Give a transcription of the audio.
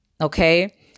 Okay